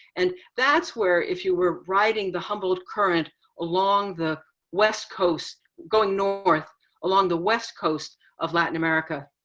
and that's where if you were riding the humboldt current along the west coast, going north along the west coast of latin america,